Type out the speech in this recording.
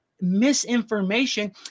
misinformation